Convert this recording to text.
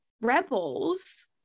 Rebels